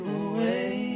away